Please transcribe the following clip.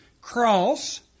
cross